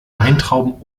weintrauben